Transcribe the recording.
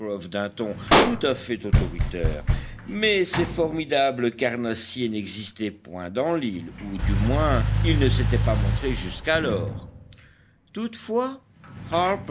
d'un ton tout à fait autoritaire mais ces formidables carnassiers n'existaient point dans l'île ou du moins ils ne s'étaient pas montrés jusqu'alors toutefois